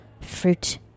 fruit